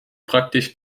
praktisch